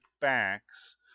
backs